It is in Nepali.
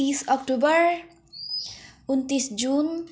तिस अक्टोबर उनन्तिस जुन